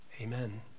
amen